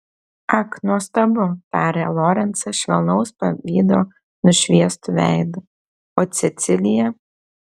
ak nuostabu tarė lorencą švelnaus pavydo nušviestu veidu o cecilija